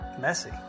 messy